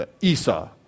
Esau